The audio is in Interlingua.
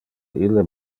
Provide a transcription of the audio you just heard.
ille